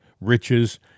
riches